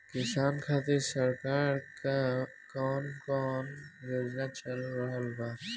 किसान खातिर सरकार क कवन कवन योजना चल रहल बा?